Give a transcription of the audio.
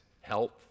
health